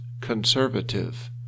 conservative